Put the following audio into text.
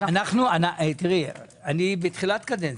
אנחנו בתחילת קדנציה.